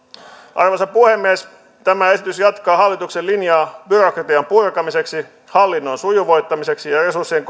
arvoisa puhemies tämä esitys jatkaa hallituksen linjaa byrokratian purkamiseksi hallinnon sujuvoittamiseksi ja resurssien